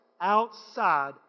outside